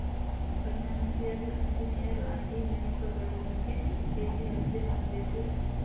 Financial engineer ಆಗಿ ನೇಮಕಗೊಳ್ಳಿಕ್ಕೆ ಯೆಲ್ಲಿ ಅರ್ಜಿಹಾಕ್ಬೇಕು?